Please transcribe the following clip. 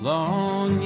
Long